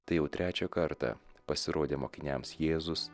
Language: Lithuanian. tai jau trečią kartą pasirodė mokiniams jėzus